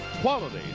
quality